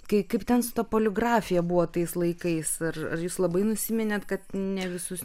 kai kaip ten ta poligrafija buvo tais laikais ar ar jūs labai nusiminėt kad ne visus